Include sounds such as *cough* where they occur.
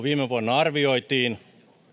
*unintelligible* viime vuonna arvioitiin